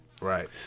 Right